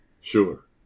Sure